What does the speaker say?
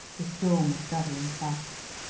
the storm was gathering fast.